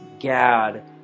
Gad